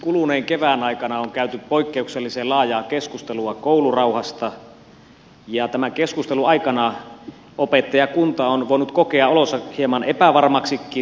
kuluneen kevään aikana on käyty poikkeuksellisen laajaa keskustelua koulurauhasta ja tämän keskustelun aikana opettajakunta on voinut kokea olonsa hieman epävarmaksikin